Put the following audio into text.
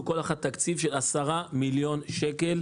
כל אחת קיבלה תקציב של 10 מיליון שקלים.